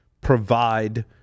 provide